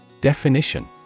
Definition